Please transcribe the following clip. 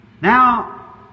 Now